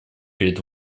перед